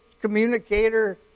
communicator